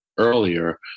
earlier